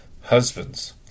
Husbands